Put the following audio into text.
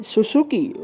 Suzuki